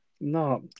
No